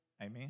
amen